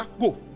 Go